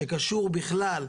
שקשור בכלל,